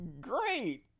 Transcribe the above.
great